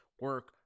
Work